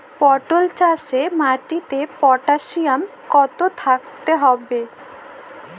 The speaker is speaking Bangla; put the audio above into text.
পটল চাষে মাটিতে পটাশিয়াম কত থাকতে হবে?